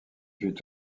fut